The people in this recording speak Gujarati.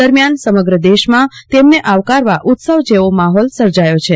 દરમ્યાન સમગ્ર દેશમાં તેમને આવકારવા ઉત્સવ જેવો માહોલ સર્જાયો છે